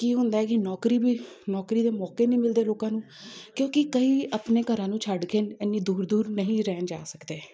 ਕੀ ਹੁੰਦਾ ਕਿ ਨੌਕਰੀ ਵੀ ਨੌਕਰੀ ਦੇ ਮੌਕੇ ਨਹੀਂ ਮਿਲਦੇ ਲੋਕਾਂ ਨੂੰ ਕਿਉਂਕਿ ਕਈ ਆਪਣੇ ਘਰਾਂ ਨੂੰ ਛੱਡ ਕੇ ਇੰਨੀ ਦੂਰ ਦੂਰ ਨਹੀਂ ਰਹਿਣ ਜਾ ਸਕਦੇ